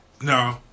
no